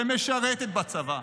שמשרתת בצבא,